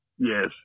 Yes